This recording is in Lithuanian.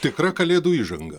tikra kalėdų įžanga